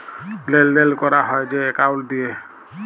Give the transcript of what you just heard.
লেলদেল ক্যরা হ্যয় যে একাউল্ট দিঁয়ে